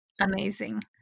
amazing